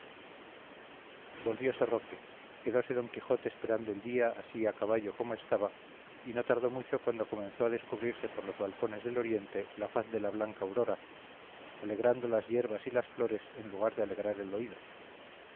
volvióse roque quedóse don quijote esperando el día así a caballo como estaba y no tardó mucho cuando comenzó a descubrirse por los balcones del oriente la faz de la blanca aurora alegrando las yerbas y las flores en lugar de alegrar el oído